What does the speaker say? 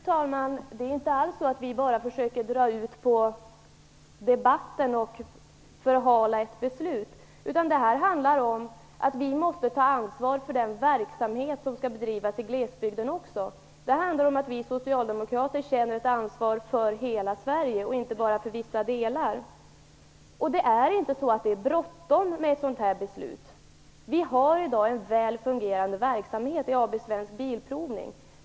Fru talman! Det är inte alls så att vi försöker dra ut på debatten och förhala ett beslut. Vi måste ta ansvar för den verksamhet som skall bedrivas i glesbygden också. Det handlar om att vi socialdemokrater känner ett ansvar för hela Sverige och inte bara för vissa delar. Det är inte bråttom med ett beslut. Vi har i dag en väl fungerande verksamhet i AB Svensk Bilprovning.